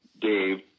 Dave –